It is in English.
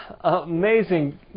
amazing